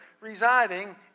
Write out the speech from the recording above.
residing